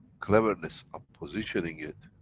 cleverness of positioning it,